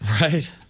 Right